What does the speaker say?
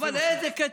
אבל באיזה קצב?